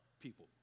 people